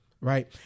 Right